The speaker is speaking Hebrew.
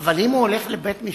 אבל אם הוא הולך לבית-משפט,